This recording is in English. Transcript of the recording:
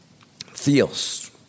Theos